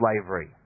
slavery